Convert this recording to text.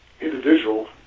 individual